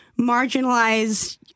marginalized